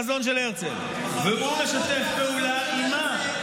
והוא משתף פעולה עם מה?